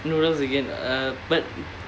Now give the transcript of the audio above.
noodles again uh but